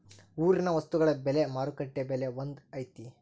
ಊರಿನ ವಸ್ತುಗಳ ಬೆಲೆ ಮಾರುಕಟ್ಟೆ ಬೆಲೆ ಒಂದ್ ಐತಿ?